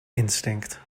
instinct